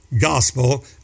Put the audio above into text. gospel